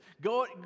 go